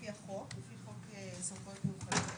לפי חוק סמכויות מיוחדות